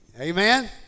Amen